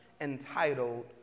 entitled